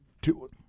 two